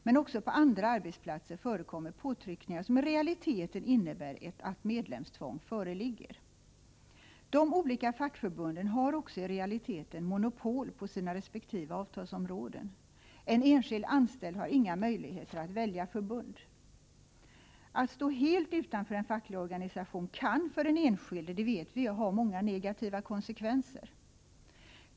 Men även på andra arbetsplatser förekommer påtryckningar som i realiteten innebär att medlemstvång föreligger. De olika fackförbunden har också i realiteten monopol på sina resp. avtalsområden. En enskild anställd har inga möjligheter att välja förbund. Att stå helt utanför en facklig organisation kan för den enskilde — det vet vi —ha negativa konsekvenser.